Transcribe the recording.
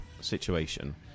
situation